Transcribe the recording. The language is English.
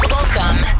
Welcome